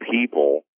people